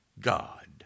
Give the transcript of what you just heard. God